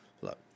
look